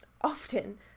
often